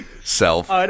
self